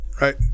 right